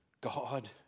God